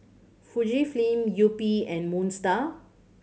Fujifilm Yupi and Moon Star